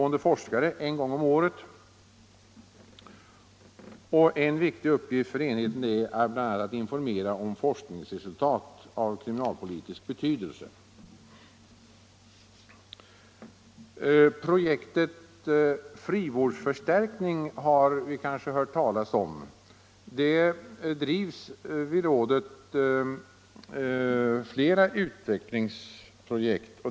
En viktig uppgift för enheten är att informera om forskningsresultat av kriminalpolitisk betydelse. Projektet frivårdsförstärkning har ni kanske hört talas om. Det drivs vid rådet flera utvecklingsprojekt.